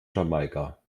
jamaika